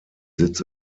sitz